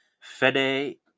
Fede